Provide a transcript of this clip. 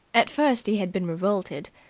at first he had been revolted,